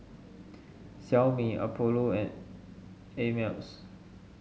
Xiaomi Apollo and Ameltz